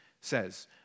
says